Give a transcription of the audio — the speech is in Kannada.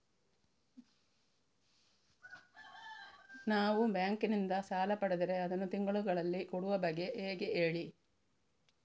ನಾವು ಬ್ಯಾಂಕ್ ನಿಂದ ಸಾಲ ಪಡೆದರೆ ಅದನ್ನು ತಿಂಗಳುಗಳಲ್ಲಿ ಕೊಡುವ ಬಗ್ಗೆ ಹೇಗೆ ಹೇಳಿ